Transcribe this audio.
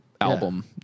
album